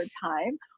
time